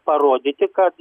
parodyti kad